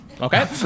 Okay